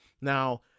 now